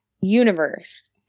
universe